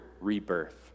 rebirth